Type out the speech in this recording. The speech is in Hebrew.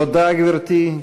תודה, גברתי.